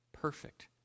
perfect